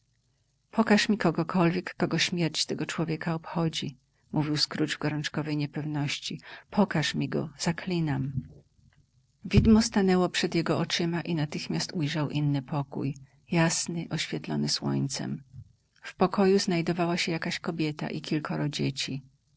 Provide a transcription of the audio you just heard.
pokaż mi kogokolwiek kogo śmierć tego człowieka obchodzi mówił scrooge w gorączkowej niepewności pokaż mi go zaklinam widmo stanęło przed jego oczyma i natychmiast ujrzał inny pokój jasny oświetlony słońcem w pokoju znajdowała się jakaś kobieta i kilkoro dzieci